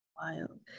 wild